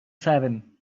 seven